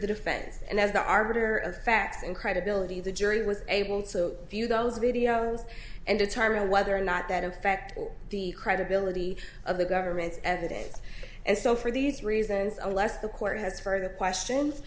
the defense and as the arbiter of fact in credibility the jury was able to view those videos and determine whether or not that affect the credibility of the government's evidence and so for these reasons unless the court has further questions